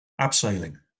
abseiling